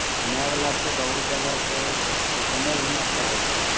घूमए बला छै बहुत जगह छै से कन्ने घूमए लऽ चाहैत छहो